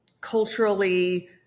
culturally